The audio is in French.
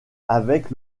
avec